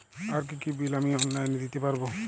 আর কি কি বিল আমি অনলাইনে দিতে পারবো?